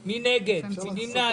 בעד, מי נגד, מי נמנע?